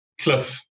cliff